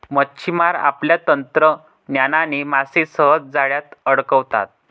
मच्छिमार आपल्या तंत्रज्ञानाने मासे सहज जाळ्यात अडकवतात